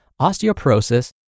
osteoporosis